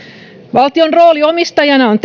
valtion rooli omistajana on